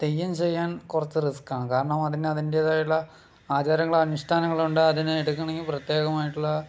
തെയ്യം ചെയ്യാൻ കുറച്ച് റിസ്ക്കാണ് കാരണം അതിന് അതിൻറ്റേതായിട്ടുള്ള ആചാരങ്ങളും അനുഷ്ഠാനങ്ങളും ഉണ്ട് അതിന് എടുക്കണമെങ്കിൽ പ്രത്യേകമായിട്ടുള്ള